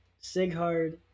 Sighard